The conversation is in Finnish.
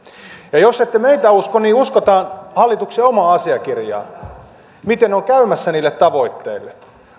ja jos ette meitä usko niin uskotaan hallituksen omaa asiakirjaa miten on käymässä niille tavoitteille